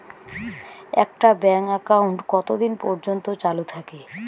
একটা bank account কতদিন পর্যন্ত চালু থাকে?